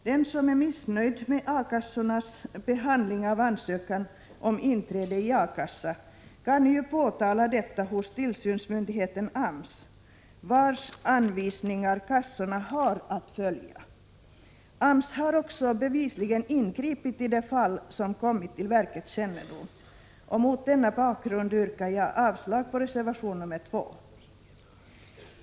Den som är missnöjd med A-kassornas behandling av ansökan om inträde i A-kassa kan påtala detta hos tillsynsmyndigheten AMS, vars anvisningar kassorna har att följa. AMS har också bevisligen ingripit i de fall som kommit till verkets kännedom. Mot denna bakgrund yrkar jag avslag på reservation nr 2.